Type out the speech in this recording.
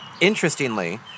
interestingly